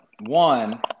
One